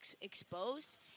exposed